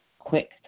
quick